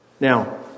Now